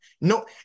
no